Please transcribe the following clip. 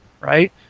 right